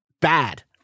Bad